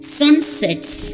sunsets